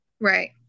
Right